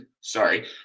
sorry